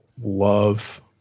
love